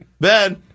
ben